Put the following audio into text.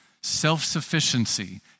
Self-sufficiency